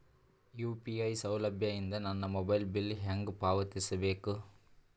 UPI ಸೌಲಭ್ಯ ಇಂದ ನನ್ನ ಮೊಬೈಲ್ ಬಿಲ್ ಹೆಂಗ್ ಪಾವತಿಸ ಬೇಕು?